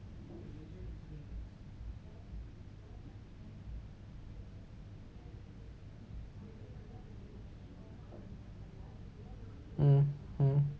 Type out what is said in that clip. mm mm